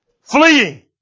Fleeing